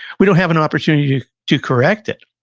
we don't have an opportunity to correct it.